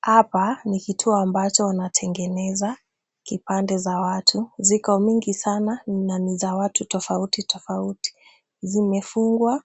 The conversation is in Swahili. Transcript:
Hapa ni kituo ambacho wanatengeneza kipande za watu. Ziko mingi sana na ni za watu tofauti tofauti. Zimefungwa